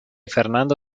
fernando